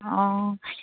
অঁ